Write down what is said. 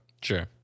Sure